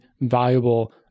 valuable